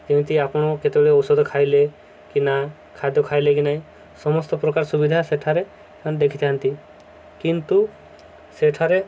ଯେମିତି ଆପଣ କେତେବେଳେ ଔଷଧ ଖାଇଲେ କି ନା ଖାଦ୍ୟ ଖାଇଲେ କି ନାହିଁ ସମସ୍ତ ପ୍ରକାର ସୁବିଧା ସେଠାରେ ଦେଖିଥାନ୍ତି କିନ୍ତୁ ସେଠାରେ